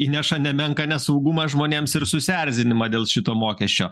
įneša nemenką nesaugumą žmonėms ir susierzinimą dėl šito mokesčio